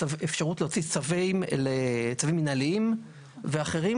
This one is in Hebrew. אפשרות להוציא צווים מנהליים ואחרים.